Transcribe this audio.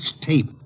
tape